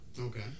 okay